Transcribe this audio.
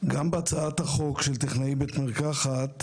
גם בהצעת החוק של טכנאי בית מרקחת,